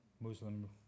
Muslim